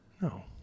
No